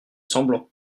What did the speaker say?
semblant